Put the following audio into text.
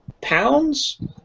pounds